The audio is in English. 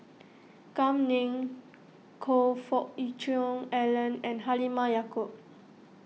Kam Ning Choe Fook Cheong Alan and Halimah Yacob